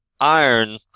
iron